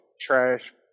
trash